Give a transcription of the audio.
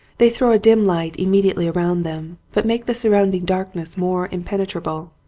they throw a dim light immediately around them, but make the surrounding darkness more impenetrable.